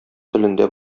телендә